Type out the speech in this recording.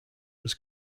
was